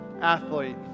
athlete